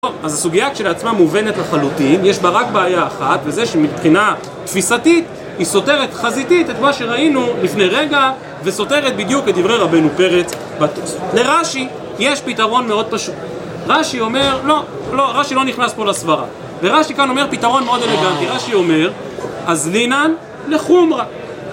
אז הסוגיה לכעצמה מובנת לחלוטין, יש בה רק בעיה אחת וזה שמבחינה תפיסתית היא סותרת חזיתית את מה שראינו לפני רגע וסותרת בדיוק את דברי רבנו פרץ. לרשי יש פתרון מאוד פשוט, רשי אומר, לא, לא, רשי לא נכנס פה לסברה לרשי כאן אומר פתרון מאוד אלגנטי, רשי אומר, אז לינן לחומרה